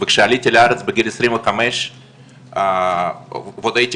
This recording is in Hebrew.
וכשעליתי לארץ בגיל עשרים וחמש עוד הייתי